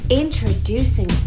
introducing